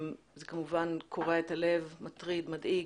זה כמובן קורע את הלב, מטריד, מדאיג,